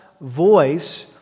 voice